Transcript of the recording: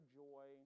joy